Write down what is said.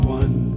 one